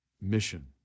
mission